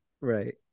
Right